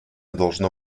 должно